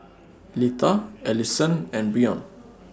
Litha Alison and Brion